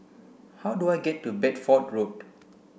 how do I get to Bedford Road